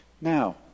Now